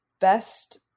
best